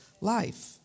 life